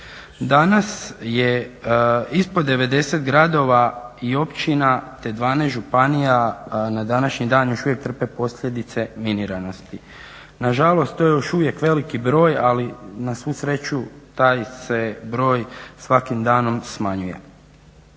Danas je ispod 90 gradova i općina te 12 županija na današnji dan još uvijek trpe posljedice miniranosti. Nažalost to je još uvijek veliki broj ali na svu sreću taj se broj svakim danom smanjuje.